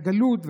לגלות,